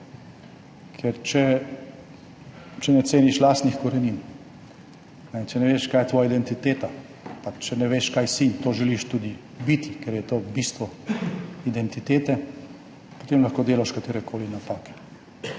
Ker če ne ceniš lastnih korenin in če ne veš, kaj je tvoja identiteta, če ne veš, kaj si, to želiš tudi biti, ker je to bistvo identitete, potem lahko delaš katerekoli napake.